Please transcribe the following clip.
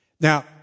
Now